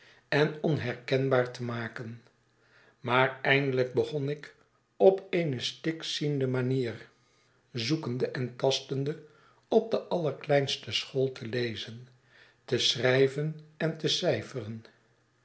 en onherkenbaar te maken maar eindelijk begon ik op eene stikziendemanier zoekende en tastende op de allerkleinste school te lezen te schrijven en te cijferen